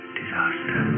disaster